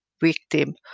victim